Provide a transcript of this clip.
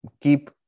keep